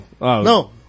No